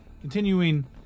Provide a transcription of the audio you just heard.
continuing